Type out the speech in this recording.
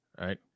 right